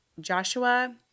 Joshua